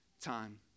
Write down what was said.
time